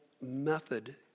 method